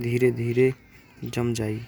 धीरे-धीरे जम जाएगी।